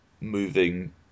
moving